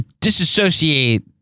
disassociate